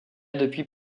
depuis